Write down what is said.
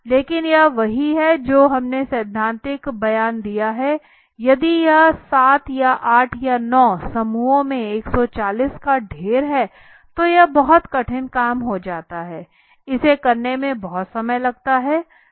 लेकिन यह वही है जो हमने सैद्धांतिक बयान दिया है यदि यह 7 या 8 या 9 समूहों में 140 का ढेर है तो यह बहुत कठिन काम हो जाता है इसे करने में बहुत समय लगता है